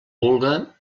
vulga